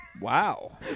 Wow